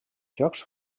jocs